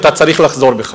ואתה צריך לחזור בך.